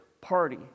party